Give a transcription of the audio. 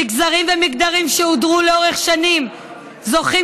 מגזרים ומגדרים שהודרו לאורך שנים זוכים